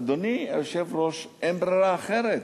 אדוני היושב-ראש, אין ברירה אחרת.